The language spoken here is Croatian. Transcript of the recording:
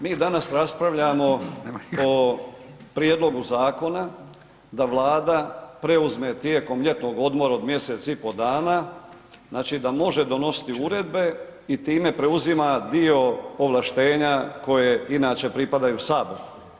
Mi danas raspravljamo o prijedlogu zakona da Vlada preuzme tijekom ljetnog odmora od mjesec i po dana, znači da može donositi uredbe i time preuzima dio ovlaštenja koje inače pripadaju saboru.